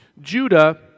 Judah